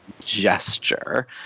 gesture